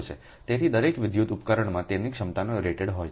તેથી દરેક વિદ્યુત ઉપકરણમાં તેની ક્ષમતાનો રેટેડ હોય છે